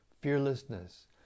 fearlessness